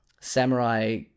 samurai